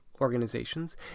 organizations